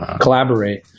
collaborate